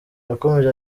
yakomeje